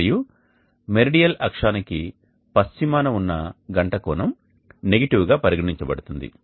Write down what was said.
మరియు మెరిడియల్ అక్షానికి పశ్చిమాన ఉన్న గంట కోణం నెగిటివ్ గా పరిగణించబడుతుంది